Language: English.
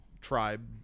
tribe